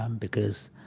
um because